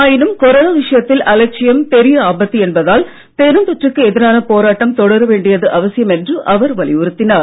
ஆயினும் கொரோனா விஷயத்தில் அலட்சியம் பெரிய ஆபத்து என்பதால் பெருந்தொற்றுக்கு எதிரான போராட்டம் தொடர வேண்டியது அவசியம் என்று அவர் வலியுறுத்தினார்